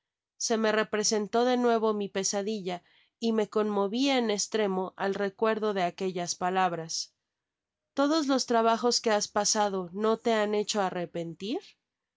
se me representó de nuevo mi pe sadilla y me conmoví en estremo al recuerdo de aquellas palabras todos los trabajos que has pasado no te han hecho arrepentir